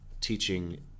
teaching